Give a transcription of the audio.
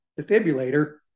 defibrillator